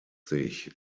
sich